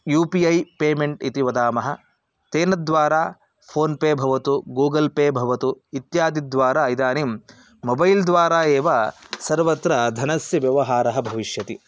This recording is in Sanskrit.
यु पि ऐ पेमेण्ट् इति वदामः तेन द्वारा फ़ोन् पे भवतु गूगल् पे भवतु इत्यादिद्वारा इदानीं मोबैल्द्वारा एव सर्वत्र धनस्य व्यवहारः भविष्यति